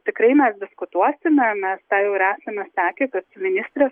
tikrai mes diskutuosime mes tą jau ir esame sakę kad ministrės